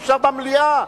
אי-אפשר במליאה.